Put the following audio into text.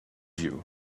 you